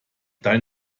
dein